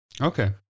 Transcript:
Okay